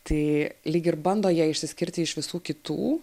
tai lyg ir bando jie išsiskirti iš visų kitų